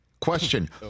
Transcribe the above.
Question